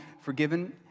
forgiven